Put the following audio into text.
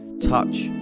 Touch